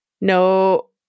no